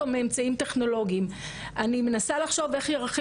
אני רק אגיד דבר אחד, כלל החברה